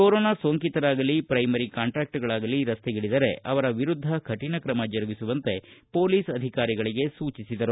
corona ಸೋಂಕಿತರಾಗಲಿ primary ಕಾಂಟ್ಯಾಕ್ಷಗಳಾಗಲಿ ರಸ್ತೆಗಿಳಿದರೆ ಅವರ ವಿರುದ್ದ ಕಠಿಣ ಕ್ರಮ ಜರುಗಿಸುವಂತೆ ಪೊಲೀಸ್ ಅಧಿಕಾರಿಗಳಿಗೆ ಸೂಚಿಸಿದರು